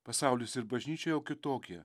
pasaulis ir bažnyčia jau kitokie